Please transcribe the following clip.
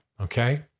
okay